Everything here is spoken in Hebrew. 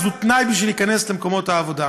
זה תנאי בשביל להיכנס למקומות העבודה,